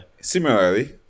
Similarly